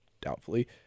doubtfully